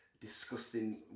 disgusting